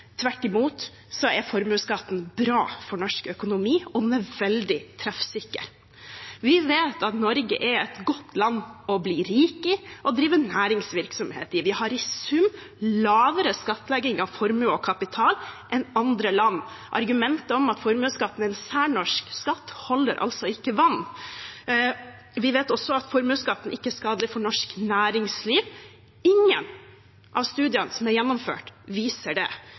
Tvert imot er formuesskatten bra for norsk økonomi, og den er veldig treffsikker. Vi vet at Norge er et godt land å bli rik i og drive næringsvirksomhet i. Vi har i sum lavere skattlegging av formue og kapital enn andre land. Argumentet om at formuesskatten er en særnorsk skatt holder altså ikke vann. Vi vet også at formuesskatten ikke er skadelig for norsk næringsliv. Ingen av studiene som er gjennomført, viser det.